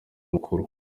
mukuru